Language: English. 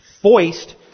foist